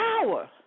power